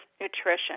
Nutrition